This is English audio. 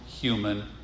human